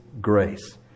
grace